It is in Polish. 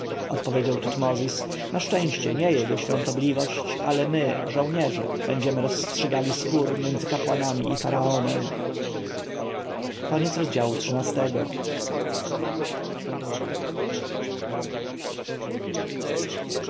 odpowiedział tutmozis na szczęście nie jego świątobliwość ale my żołnierze będziemy rozstrzygali spór między kapłanami i faraonem